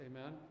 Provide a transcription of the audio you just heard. Amen